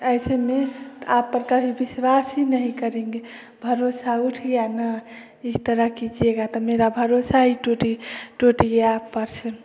ऐसे में आप पर कभी विश्वास भी नहीं करेंगे भरोसा उठ गया ना इस तरह कीजिएगा तो मेरा भरोसा इ टूटी टूट गया आप पर से